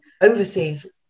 overseas